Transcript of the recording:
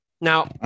Now